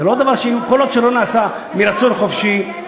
כל עוד זה נעשה מרצון חופשי,